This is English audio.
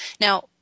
Now